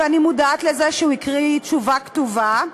ואני מודעת לזה שהוא הקריא תשובה כתובה,